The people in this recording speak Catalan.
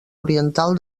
oriental